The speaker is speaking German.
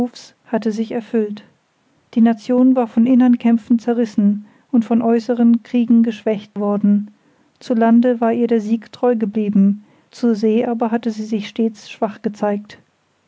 hatte sich erfüllt die nation war von innern kämpfen zerrissen und von äußeren kriegen geschwächt worden zu lande war ihr der sieg treu geblieben zur see aber hatte sie sich stets schwach gezeigt